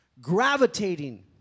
gravitating